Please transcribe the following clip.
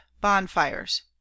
bonfires